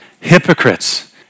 Hypocrites